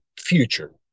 future